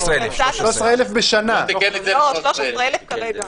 זה לא הסכמות של הממשלה.